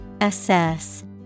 Assess